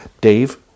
Dave